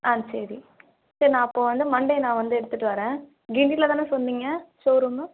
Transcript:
ஆ சரி சரி நான் அப்போது வந்து மண்டே நான் வந்து எடுத்துட்டு வர்றேன் கிண்டியில் தானே சொன்னீங்க ஷோரூமு